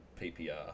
ppr